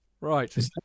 Right